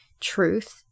truth